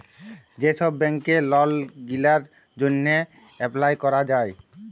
যে ছব ব্যাংকে লল গিলার জ্যনহে এপ্লায় ক্যরা যায়